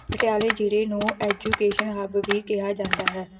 ਪਟਿਆਲੇ ਜ਼ਿਲ੍ਹੇ ਨੂੰ ਐਜੂਕੇਸ਼ਨ ਹੱਬ ਵੀ ਕਿਹਾ ਜਾਂਦਾ ਹੈ